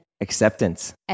acceptance